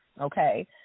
okay